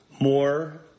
more